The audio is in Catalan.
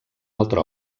altre